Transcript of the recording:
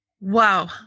Wow